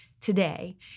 today